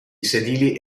sedili